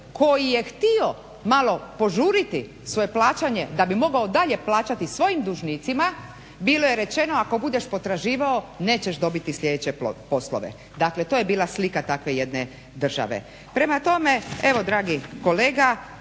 koji je htio malo požuriti svoje plaćanje da bi mogao dalje plaćati svojim dužnicima bilo je rečeno ako budeš potraživao nećeš dobiti sljedeće poslove. dakle, to je bila slika takve jedne države. Prema tome, evo dragi kolega